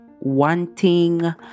wanting